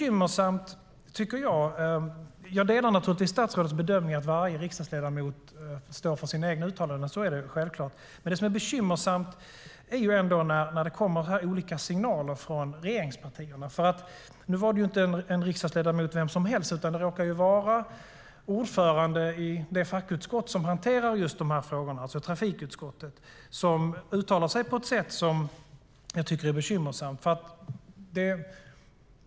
Jag delar naturligtvis statsrådets bedömning att varje riksdagsledamot får stå för sina egna uttalanden. Så är det självklart. Men det som är bekymmersamt är ändå när det kommer olika signaler från regeringspartierna. Nu var det inte vilken riksdagsledamot som helst, utan det råkade vara ordföranden i det fackutskott som hanterar just de här frågorna, alltså trafikutskottet, som uttalade sig på ett sätt som jag tycker är bekymmersamt.